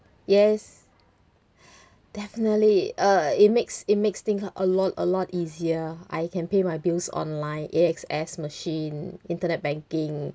yes definitely uh it makes it makes things a lot a lot easier I can pay my bills online A_X_S machine internet banking